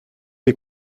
les